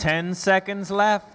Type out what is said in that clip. ten seconds left